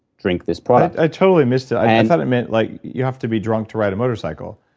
drink this product i totally missed it. i thought it meant like you have to be drunk to ride a motorcycle.